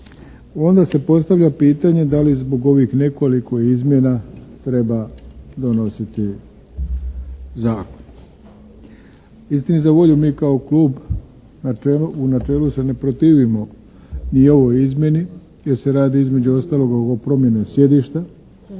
onda se postavlja pitanje da li zbog ovih nekoliko izmjena treba donositi zakon. Istini za volju, mi kao klub u načelu se ne protivimo ni ovoj izmjeni jer se radi između ostalog o promjeni sjedišta